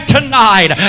tonight